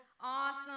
awesome